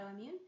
Autoimmune